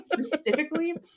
specifically